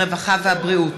הרווחה והבריאות.